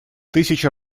тысячи